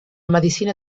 medicina